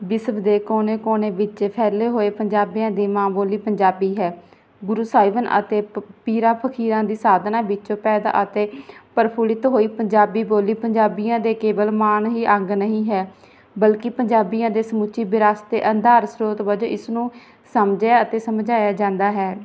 ਵਿਸ਼ਵ ਦੇ ਕੋਨੇ ਕੋਨੇ ਵਿੱਚ ਫੈਲੇ ਹੋਏ ਪੰਜਾਬੀਆਂ ਦੀ ਮਾਂ ਬੋਲੀ ਪੰਜਾਬੀ ਹੈ ਗੁਰੂ ਸਾਹਿਬਨ ਅਤੇ ਪ ਪੀਰਾਂ ਫਕੀਰਾਂ ਦੀ ਸਾਧਨਾ ਵਿੱਚੋਂ ਪੈਦਾ ਅਤੇ ਪ੍ਰਫੁੱਲਿਤ ਹੋਈ ਪੰਜਾਬੀ ਬੋਲੀ ਪੰਜਾਬੀਆਂ ਦੇ ਕੇਵਲ ਮਾਨ ਹੀ ਅੰਗ ਨਹੀਂ ਹੈ ਬਲਕੀ ਪੰਜਾਬੀਆਂ ਦੇ ਸਮੁੱਚੀ ਵਿਰਾਸਤ ਦੇ ਅਧਾਰ ਸਰੋਤ ਵਜੋਂ ਇਸ ਨੂੰ ਸਮਝਿਆ ਅਤੇ ਸਮਝਾਇਆ ਜਾਂਦਾ ਹੈ